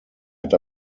hat